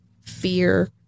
fear